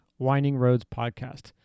windingroadspodcast